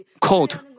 cold